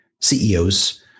CEOs